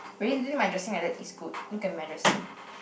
really do you think my dressing like that is good look at my dressing